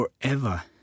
forever